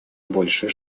больше